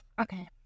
Okay